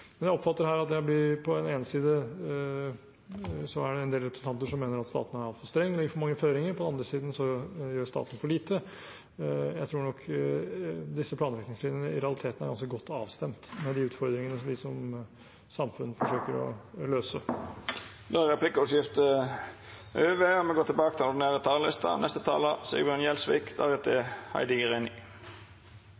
en del representanter som mener at staten er altfor streng og gir for mange føringer, og på den andre siden mener man at staten gjør for lite. Jeg tror nok disse planretningslinjene i realiteten er ganske godt avstemt med de utfordringene vi som samfunn forsøker å løse. Replikkordskiftet er over. Dei talarane som heretter får ordet, har òg ei taletid på inntil 3 minutt. Det er utrolig viktig at vi legger til rette for at folk skal kunne bo, arbeide og